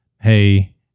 hey